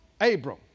Abram